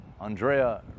Andrea